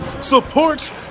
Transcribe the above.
Support